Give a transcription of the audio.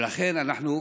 ולכן יש